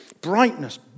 Brightness